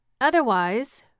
Otherwise